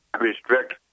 restrict